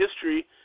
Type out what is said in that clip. history